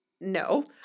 no